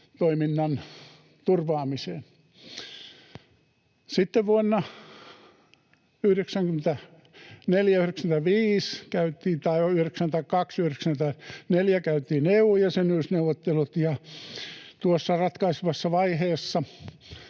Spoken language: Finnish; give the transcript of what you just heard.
toiminnan turvaamiseen. Sitten vuonna 92—94 käytiin EU-jäsenyysneuvottelut, ja tuossa ratkaisevassa vaiheessa